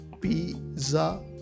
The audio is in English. Pizza